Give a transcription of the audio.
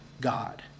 God